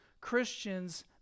Christians